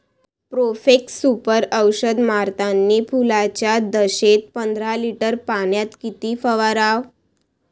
Profex Super औषध मारतानी फुलाच्या दशेत पंदरा लिटर पाण्यात किती फवाराव?